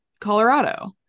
Colorado